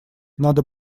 надо